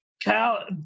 Cal